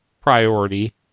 priority